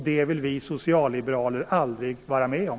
Det vill vi socialliberaler aldrig vara med om.